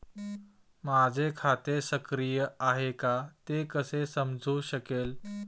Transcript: माझे खाते सक्रिय आहे का ते कसे समजू शकेल?